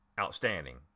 outstanding